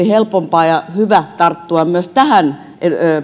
helpompaa ja hyvä tarttua myös tähän